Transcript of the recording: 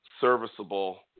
serviceable